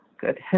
good